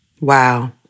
Wow